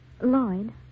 Lloyd